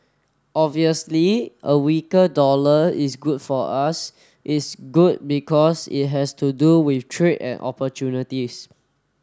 obviously a weaker dollar is good for us it's good because it has to do with trade and opportunities